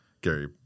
Gary